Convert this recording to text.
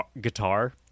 guitar